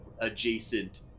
adjacent